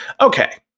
Okay